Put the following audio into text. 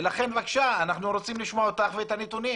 לכן, בבקשה, אנחנו רוצים לשמוע אותך, את הנתונים